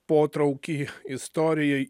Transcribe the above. potraukį istorijai